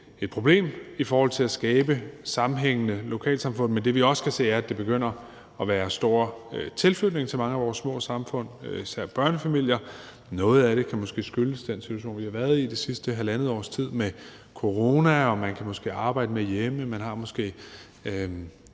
et problem i forhold til at skabe sammenhængende lokalsamfund. Men det, vi også kan se, er, at der begynder at være stor tilflytning til mange af vores små samfund – især børnefamilier. Noget af det kan måske skyldes den situation, vi har været i det sidste halvandet års tid med corona. Man kan måske arbejde mere hjemme, og det er måske